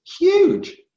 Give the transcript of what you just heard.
huge